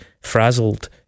frazzled